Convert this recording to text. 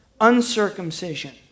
uncircumcision